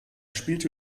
spielte